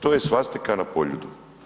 To je svastika na Poljudu.